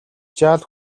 жаал